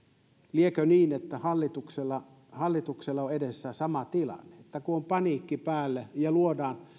liekö niin että hallituksella hallituksella on edessä sama tilanne että kun on paniikki päällä ja luodaan